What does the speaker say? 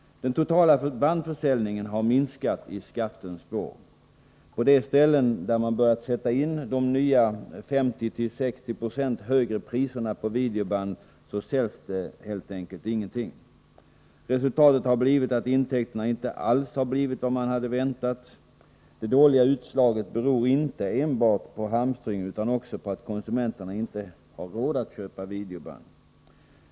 Den totala bandförsäljningen har minskat i skattens spår. På de ställen där man börjat sätta in de nya 50-60 26 högre priserna på videoband säljs det helt enkelt ingenting. Resultatet har blivit att intäkterna inte alls blivit vad man hade väntat. Det dåliga utslaget beror inte enbart på hamstring utan också på att konsumenterna inte har råd att köpa videoband.